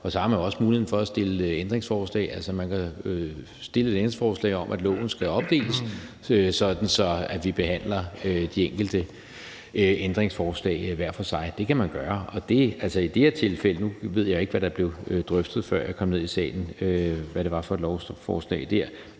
Og så har man altså også mulighed for at stille ændringsforslag. Man kan stille et ændringsforslag om, at lovforslaget skal opdeles, sådan at vi behandler de enkelte ændringsforslag hver for sig. Det kan man gøre. Og i det her tilfælde – nu ved jeg ikke, hvad det var for et lovforslag, der